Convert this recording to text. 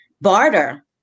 barter